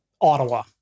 Ottawa